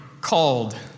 called